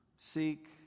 Seek